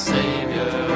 Savior